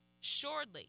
Surely